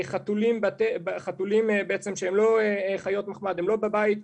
חתולים שהם לא בבית,